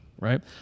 right